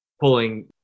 pulling